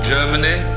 Germany